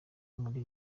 muri